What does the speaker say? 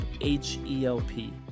H-E-L-P